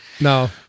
No